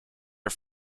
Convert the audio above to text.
are